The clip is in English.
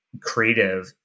creative